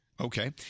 Okay